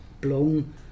blown